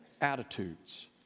attitudes